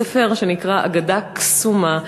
ספר שנקרא "אגדה קסומה".